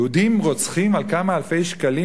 יהודים רוצחים על כמה אלפי שקלים?